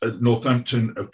Northampton